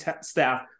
staff